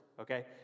Okay